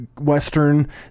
western